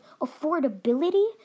affordability